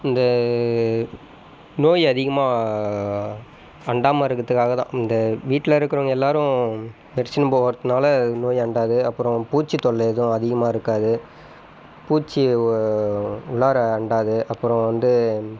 இந்த நோய் அதிகமாக அண்டாமல் இருக்கிறதுக்காகதான் இந்த வீட்டில் இருக்கிறவங்க எல்லாேரும் மிதிச்சுன்ட்டு போகிறதுனால நோய் அண்டாது அப்புறம் பூச்சி தொல்லை எதுவும் அதிகமாக இருக்காது பூச்சி உள்ளார அண்டாது அப்புறம் வந்து